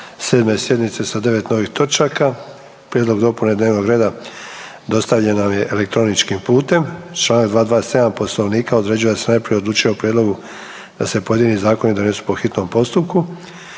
reda 7. sjednice sa 9 novih točaka. Prijedlog dopune dnevnog reda dostavljen vam je elektroničkim putem. Čl. 227 Poslovnika određuje da se najprije odlučuje o prijedlogu da se pojedini zakoni donesu po hitnom postupku.